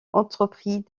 entreprit